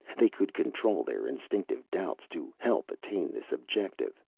they could control their instinctive doubts to help attain this objective.